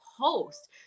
post